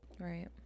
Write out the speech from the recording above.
Right